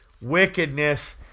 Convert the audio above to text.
Wickedness